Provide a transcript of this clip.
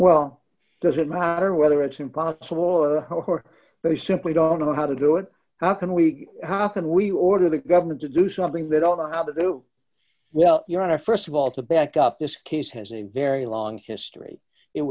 well does it matter whether it's impossible or where they simply don't know how to do it how can we how can we order the government to do something they don't know how to do well your honor st of all to back up this case has a very long history it